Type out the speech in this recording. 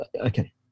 okay